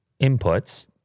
inputs